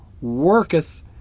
worketh